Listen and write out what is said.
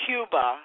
Cuba